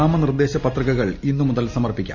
നാമനിർദ്ദേശ പത്രികകൾ ഇന്നുമുതൽ സമർപ്പിക്കാം